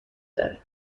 داره